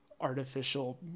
artificial